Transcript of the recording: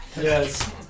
Yes